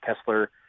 Kessler